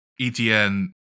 ETN